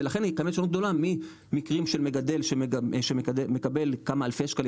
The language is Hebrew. ולכן יש הישנות גדולה ממקרים של מגדל שמקבל כמה אלפי שקלים